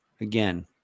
again